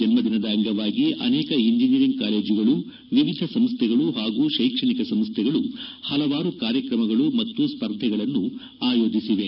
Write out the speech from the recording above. ಜನ್ನದಿನದ ಅಂಗವಾಗಿ ಅನೇಕ ಇಂಜಿನಿಯರಿಂಗ್ ಕಾಲೇಜುಗಳು ವಿವಿಧ ಸಂಸ್ಥೆಗಳು ಹಾಗೂ ತ್ಯೆಕ್ಷಣಿಕ ಸಂಸ್ಥೆಗಳು ಹಲವಾರು ಕಾರ್ಯಕ್ರಮಗಳು ಮತ್ತು ಸ್ವರ್ಧೆಗಳನ್ನು ಆಯೋಜಿಸಿವೆ